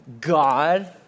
God